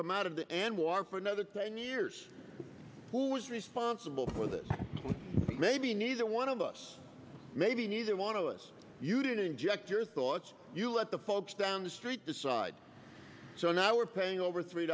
the anwar for another ten years who was responsible for this maybe neither one of us maybe neither want to us you did inject your thoughts you let the folks down the street decide so now we're paying over three